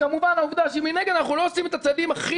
כמובן העובדה שמנגד אנחנו לא עושים את הצעדים הכי